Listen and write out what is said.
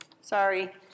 Sorry